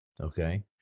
okay